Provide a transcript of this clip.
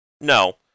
No